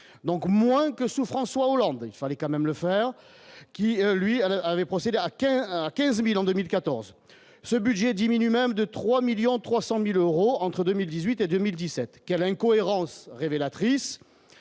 donc moins que sous François Hollande il fallait quand même le faire, qui lui a avait procédé à quelque 15000 en 2014, ce budget diminue, même de 3 1000000 300000 euros entre 2018 et 2017 quelle incohérence révélatrice,